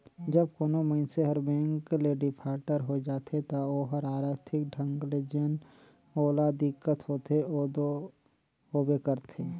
जब कोनो मइनसे हर बेंक ले डिफाल्टर होए जाथे ता ओहर आरथिक ढंग ले जेन ओला दिक्कत होथे ओ दो होबे करथे